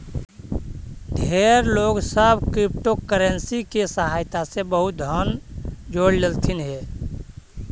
ढेर लोग सब क्रिप्टोकरेंसी के सहायता से बहुत धन जोड़ लेलथिन हे